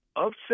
upset